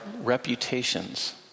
reputations